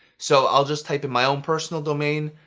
so i'll just type in my own personal domain,